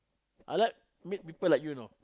I like meet people like you you know